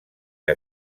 que